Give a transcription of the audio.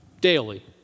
daily